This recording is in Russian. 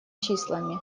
числами